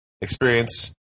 experience